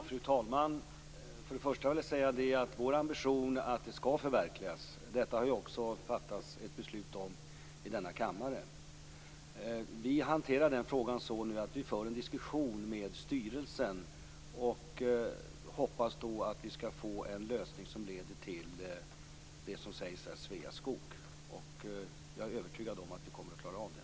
Fru talman! Jag vill säga att vår ambition är att planerna skall förverkligas. Det har också fattats ett beslut om detta i denna kammare. Vi hanterar den frågan så, att vi för en diskussion med styrelsen och hoppas att vi skall få en lösning som leder till det som nämns här - Sveaskog. Jag är övertygad om att vi kommer att klara av det.